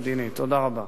תודה לאדוני.